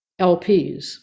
LPs